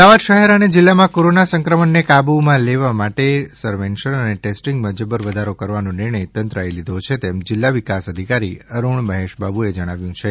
અમદાવાદ શહેર અને જિલ્લામાં કોરોના સંક્રમણને કાબૂમાં લેવા માટે સર્વેલન્સ અને ટેસ્ટિંગમાં જબ્બર વધારો કરવાનો નિર્ણય તંત્ર એ લીધો છે તેમ જિલ્લા વિકાસ અધિકારી અરુણ મહેશ બાબુએ જણાવ્યું છે